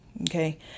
okay